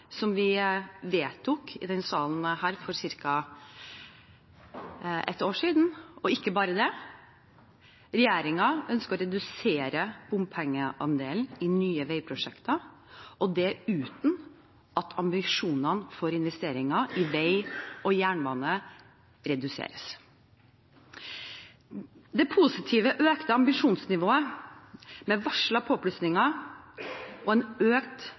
som vi vedtok i denne salen for ca. ett år siden. Og ikke bare det: Regjeringen ønsker å redusere bompengeandelen i nye veiprosjekter – dette uten at ambisjonene for investeringer i vei og jernbane reduseres. Dette positive, økte ambisjonsnivået med varslede påplussinger og en økt